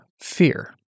fear